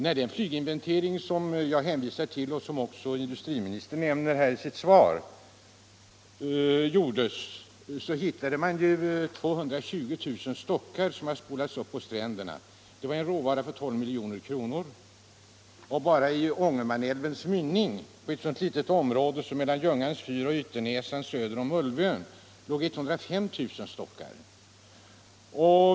När den flyginventering som jag hänvisat till i min fråga och som industriministern också nämner i sitt svar gjordes hittade man 220 000 stockar, som spolats upp på stränderna. Det var råvara för 12 milj.kr., och bara vid Ångermanälvens mynning, på ett så litet område som mellan Ljungans fyr och Ytternäsen söder om Ulvön, låg 105 000 stockar.